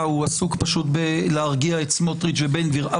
הוא עסוק פשוט להרגיע את סמוטריץ' ובן גביר.